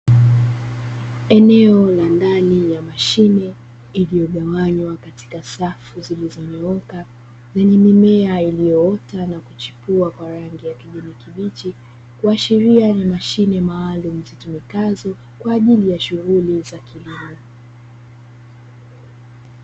Eneo la ndani ya mashine iliyogawanywa katika safu zilizonyooka. Lenye mimea iliyoota na kuchipua kwa rangi ya kijani kibichi, kuashiria ni mashine maalumu zitumikazo kwa ajili ya shughuli za kilimo.